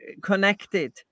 connected